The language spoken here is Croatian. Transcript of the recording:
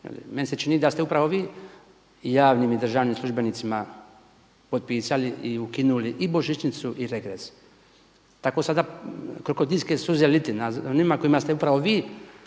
Meni se čini da ste upravo vi javnim i državnim službenicima potpisali i ukinuli i božićnicu i regres. Tako sada krokodilske suze lijete nad onima kojima ste upravo vi